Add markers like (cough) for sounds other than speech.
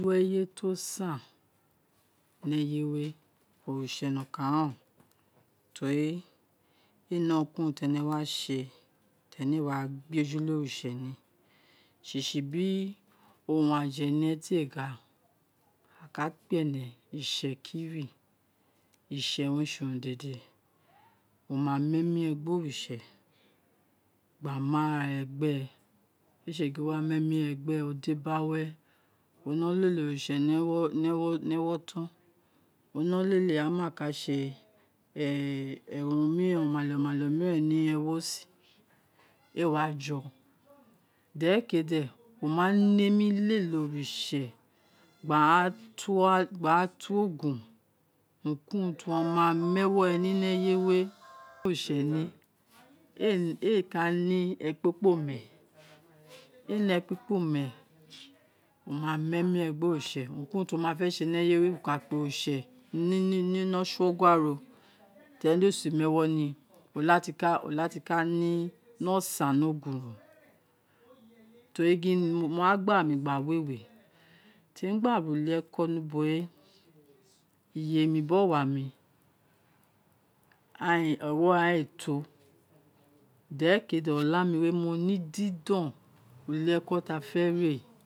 Ireye ti o san ni eye we oritse nokan ren teri ene urun ki urun ti ene wa se ti ene éè wa gbe jule oritse ni sisi bi owunaja e̱we̱ te gha la ka kpe ewe itse kili, itse owun re se urun dēdē wo ma mu emi re gbe oritse gba mu ara regbe éé se gin loo wa mu omi re gbe ode biri awe wo no lele oritse ni ni ni ewoton wo no lele amakase (hesitation) urun miren unale unale miren ni ewosin èé wa jo, derekee de wo inane mi lele oritse gba ra to ogun urun ki urun ti wo ma mu ẹwọ re ni, ni eye (noise) da oritse ni éè ku ne ekpikpome ene ne ekpikpome wo ma mee emi re gbe oritse, wo ma fe̱ se̱ nieye we wo ka kpe oritse ni no sogha, then di éé si mu ewo ni wo la ti ka ne osan ni ogun ro to ri gin mo wa gba ra mi gba wewe̱ te mi gba re uli eko ni ubo we iye mi biri owa mi ewo ghan èè to de re ke̱ē dẹ ọlààmi w̱ē mo ne didon ni ulieko ti afe rē